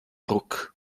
ruck